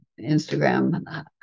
Instagram